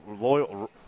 loyal